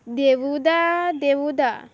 देवुदा देवुदा